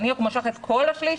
נניח הוא משך את כל השליש,